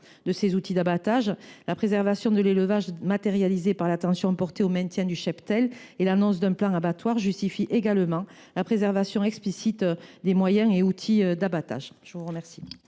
de ses outils d’abattage. La préservation de l’élevage, matérialisée par l’attention portée au maintien du cheptel et l’annonce d’un plan Abattoirs, justifie également la préservation explicite des moyens et outils d’abattage. L’amendement